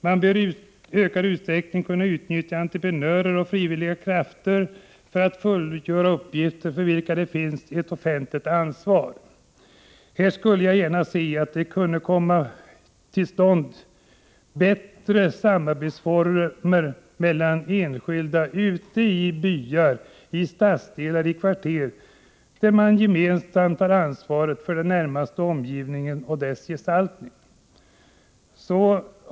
Entreprenörer och frivilliga krafter bör kunna utnyttjas i ökad utsträckning för att fullgöra uppgifter för vilka det finns ett offentligt ansvar. Här skulle jag gärna se att det kunde komma till stånd bättre former för samarbete mellan enskilda i byar, stadsdelar och kvarter, där man gemensamt tar ansvar för den närmaste omgivningen och dess gestaltning.